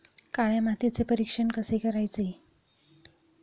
काळ्या मातीचे परीक्षण कसे करायचे?